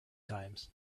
times